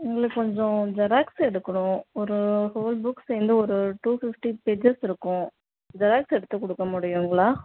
எங்களுக்கு கொஞ்சம் ஜெராக்ஸ் எடுக்கணும் ஒரு ஹோல் புக் சேர்ந்து ஒரு டூ ஃபிஃப்டி பேஜஸ் இருக்கும் ஜெராக்ஸ் எடுத்து காெடுக்க முடியுங்களா